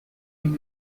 این